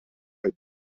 uit